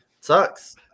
Sucks